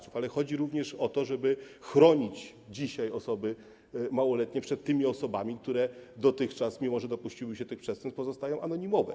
Chodzi również o to, żeby dzisiaj chronić osoby małoletnie przed tymi osobami, które dotychczas, mimo że dopuściły się tych przestępstw, pozostają anonimowe.